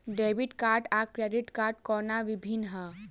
Debit card आ credit कोना भिन्न है?